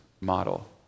model